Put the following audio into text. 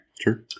Sure